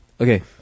Okay